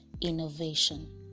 innovation